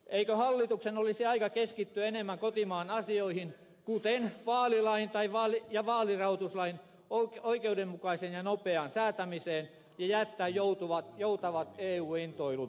eikö hallituksen olisi aika keskittyä enemmän kotimaan asioihin kuten vaalilain ja vaalirahoituslain oikeudenmukaiseen ja nopeaan säätämiseen ja jättää joutavat eu intoilut vähemmälle